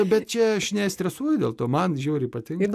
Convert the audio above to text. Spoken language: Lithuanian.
bet čia aš nestresuoju dėl to man žiauriai patinka